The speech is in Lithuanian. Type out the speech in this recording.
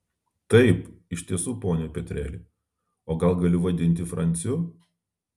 taip iš tiesų pone petreli o gal galiu vadinti franciu